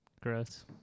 Gross